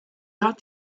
hat